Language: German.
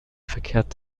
verkehrt